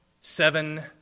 Seven